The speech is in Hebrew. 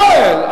יואל.